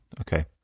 Okay